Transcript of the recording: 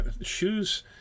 shoes